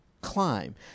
climb